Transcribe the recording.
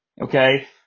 Okay